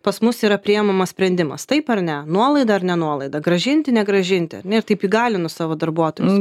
pas mus yra priimamas sprendimas taip ar ne nuolaida ar ne nuolaida grąžinti negražinti ar ne ir taip įgalinu savo darbuotojus